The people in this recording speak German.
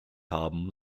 haben